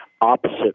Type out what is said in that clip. opposite